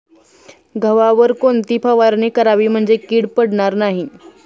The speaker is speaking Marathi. गव्हावर कोणती फवारणी करावी म्हणजे कीड पडणार नाही?